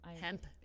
Hemp